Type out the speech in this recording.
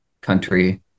country